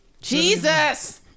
Jesus